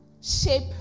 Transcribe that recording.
shape